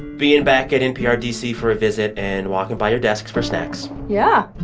being back at npr dc for a visit and walking by your desk for snacks yeah,